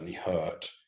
hurt